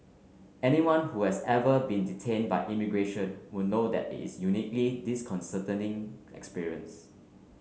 anyone who has ever been detained by immigration would know that it is a uniquely disconcerting experience